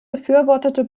befürwortete